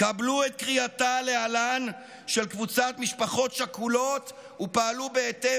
קבלו את קריאתה להלן של קבוצת משפחות שכולות ופעלו בהתאם,